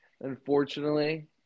unfortunately